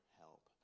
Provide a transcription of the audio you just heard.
help